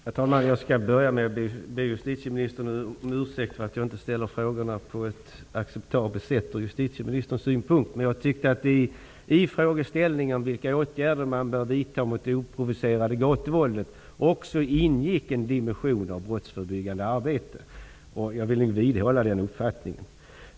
Herr talman! Jag skall börja med att be justitieministern om ursäkt för att jag inte ställer frågorna på ett sätt som är acceptabelt från hennes synpunkt. Jag tyckte att det i frågeställningen om vilka åtgärder som bör vidtas mot det oprovocerade gatuvåldet också ingick en dimension av brottsförebyggande arbete. Jag vidhåller den uppfattningen.